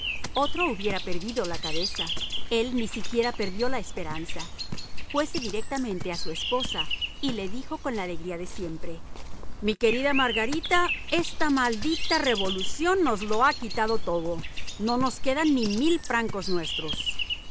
otro hubiera perdido la cabeza él ni siquiera perdió la esperanza fuese directamente a su esposa y le dijo con la alegría de siempre mi querida margarita esta maldita revolución nos lo ha quitado todo no nos quedan ni mil francos nuestros